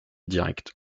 direct